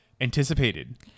anticipated